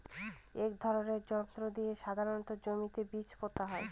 এক ধরনের যন্ত্র দিয়ে সাধারণত জমিতে বীজ পোতা হয়